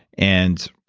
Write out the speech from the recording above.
and